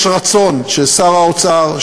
יש רצון של שר האוצר,